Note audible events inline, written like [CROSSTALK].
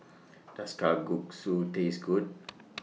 Does Kalguksu Taste Good [NOISE]